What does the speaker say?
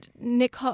Nick